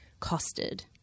costed